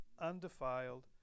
undefiled